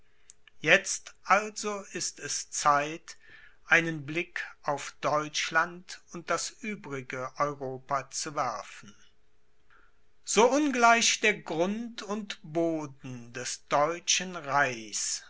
jetzt also ist es zeit einen blick auf deutschland und das übrige europa zu werfen so ungleich der grund und boden des deutschen reichs